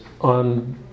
on